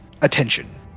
attention